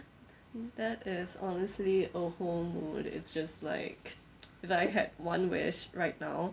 that is honestly a whole mood it's just like if I had one wish right now